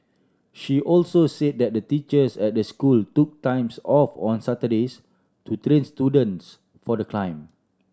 she also said that the teachers at the school took times off on Saturdays to train students for the climb